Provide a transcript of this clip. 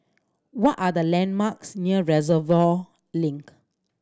what are the landmarks near Reservoir Link